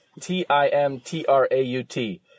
T-I-M-T-R-A-U-T